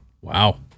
Wow